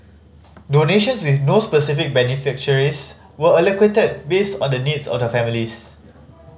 donations with no specific beneficiaries were allocated based on the needs of the families